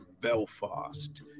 Belfast